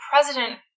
president